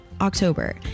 October